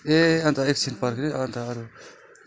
ए अन्त एकछिन पर्खिनु है अन्त अरू